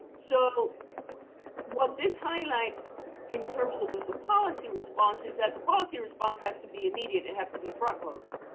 so what this highlights in terms of the policy response is that the policy response has to be immediate. it has to be front loaded.